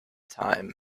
time